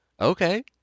Okay